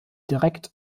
direkt